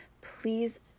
please